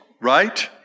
right